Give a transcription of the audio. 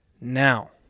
now